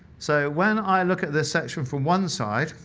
so when i look at the section from one side,